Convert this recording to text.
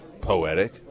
Poetic